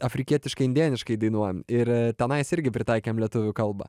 afrikietiškai indėniškai dainuojam ir tenais irgi pritaikėm lietuvių kalbą